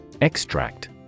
Extract